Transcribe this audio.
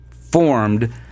formed